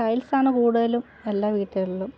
tiles ആണ് കൂടുതലും എല്ലാ വീടുകളിലും